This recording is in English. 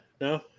no